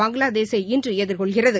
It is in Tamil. பங்ளாதேசை இன்று எதிர்கொள்கிறது